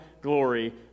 glory